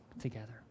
together